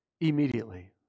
Immediately